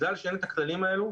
בגלל שאין את הכללים האלו,